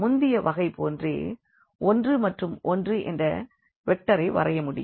முந்தைய வகை போன்றே 1 மற்றும் 1என்ற வெக்டரை வரைய முடியும்